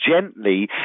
gently